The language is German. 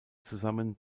zusammen